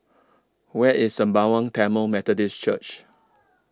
Where IS Sembawang Tamil Methodist Church